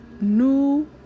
New